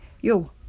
yo